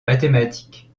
mathématiques